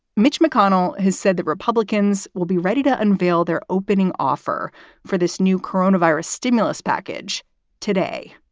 mitch mcconnell has said that republicans will be ready to unveil their opening offer for this new corona virus stimulus package today.